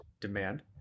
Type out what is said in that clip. demand